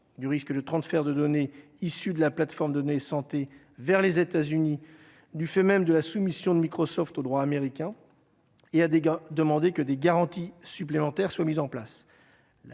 du risque de transfert de données issu de la plateforme données santé vers les États-Unis du fait même de la soumission de Microsoft au droit américain, il y a des gars demandé que des garanties supplémentaires soient mises en place,